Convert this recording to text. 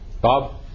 Bob